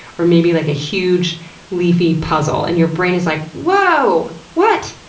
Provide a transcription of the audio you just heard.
or maybe like a huge leafy puzzle, and your brain is like, whoa, what!